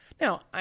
Now